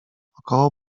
około